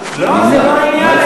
זה לא העניין,